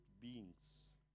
beings